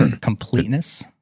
completeness